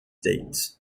date